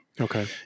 Okay